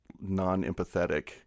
non-empathetic